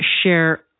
share